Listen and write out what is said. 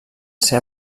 ser